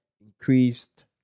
increased